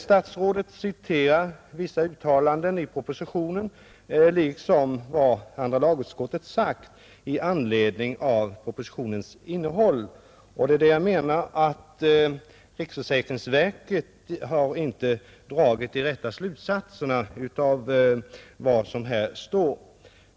Statsrådet citerar vissa uttalanden i propositionen liksom vad andra lagutskottet sagt i anledning av propositionens innehåll. Jag menar att riksförsäkringsverket inte har dragit de rätta slutsatserna av vad som där står.